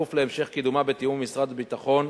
בכפוף להמשך קידומה בתיאום עם משרדי הביטחון,